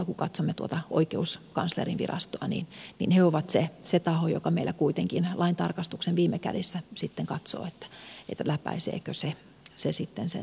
kun katsomme tuota oikeuskanslerinvirastoa niin se on se taho joka meillä kuitenkin laintarkastuksen viime kädessä katsoo että läpäiseekö se sen seulan